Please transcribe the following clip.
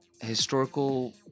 historical